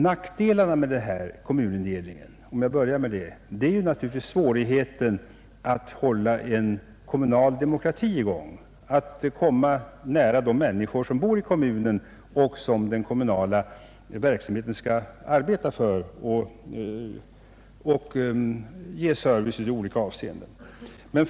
Nackdelarna med denna nya kommunindelning — för att börja med dem — är bl.a. svårigheten att hålla en kommunal demokrati i gång och att komma nära alla människor som bor i kommunen och som den kommunala verkställigheten skall arbeta för och ge service åt i olika avseenden.